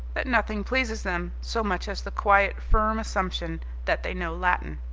that nothing pleases them so much as the quiet, firm assumption that they know latin.